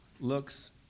looks